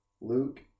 Luke